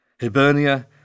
Hibernia